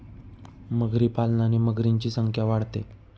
मगरी पालनाने मगरींची संख्या वाढते